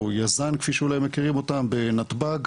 או יז"נ, כפי שאולי מכירים אותם, בנתב"ג,